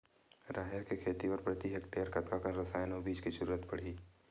राहेर के खेती बर प्रति हेक्टेयर कतका कन रसायन अउ बीज के जरूरत पड़ही?